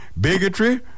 bigotry